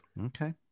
Okay